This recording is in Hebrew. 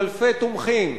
עם אלפי תומכים